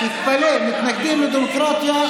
תתפלא, מתנגדים לדמוקרטיה ושוויון.